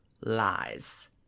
lies